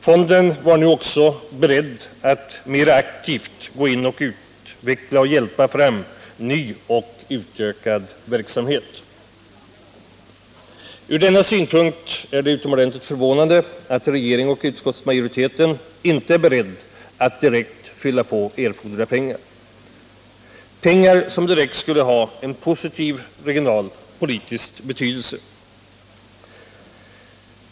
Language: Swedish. Fonden var nu också beredd att mera aktivt gå in för att utveckla och hjälpa fram ny och utökad verksamhet. Från denna synpunkt sett är det utomordentligt förvånande att regeringen och utskottsmajoriteten inte är beredda att direkt fylla på erforderliga medel, pengar som direkt skulle ha en positiv regionalpolitisk betydelse.